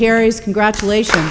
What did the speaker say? carries congratulations